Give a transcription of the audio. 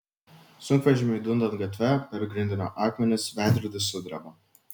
sunkvežimiui dundant gatve per grindinio akmenis veidrodis sudreba